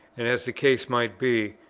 and as the case might be,